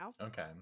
Okay